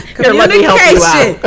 Communication